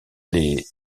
les